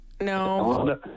No